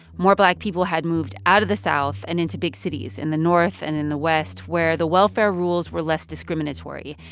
more black people had moved out of the south and into big cities in the north and in the west, where the welfare rules were less discriminatory.